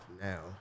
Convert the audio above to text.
now